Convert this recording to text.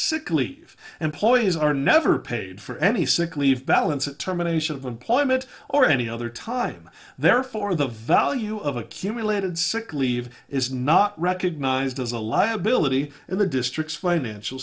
sickly employees are never paid for any sick leave balance at terminations of employment or any other time therefore the value of accumulated sick leave is not recognized as a liability in the district's financial